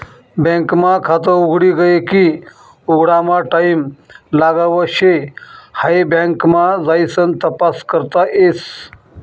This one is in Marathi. बँक मा खात उघडी गये की उघडामा टाईम लागाव शे हाई बँक मा जाइसन तपास करता येस